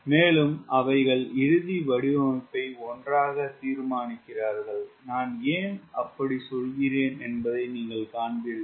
மேலும் அவைகள் இறுதி வடிவமைப்பை ஒன்றாகத் தீர்மானிக்கிறார்கள் நான் ஏன் அப்படிச் சொல்கிறேன் என்பதை நீங்கள் காண்பீர்கள்